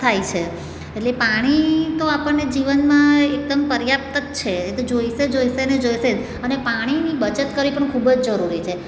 થાય છે એટલે પાણી તો આપણને જીવનમાં એકદમ પર્યાપ્ત જ છે તે જોઇશે જોઇશે ને જોઇશે જ અને પાણીની બચત કરવી પણ ખૂબ જ જરૂરી છે